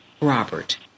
Robert